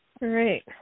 right